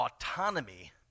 autonomy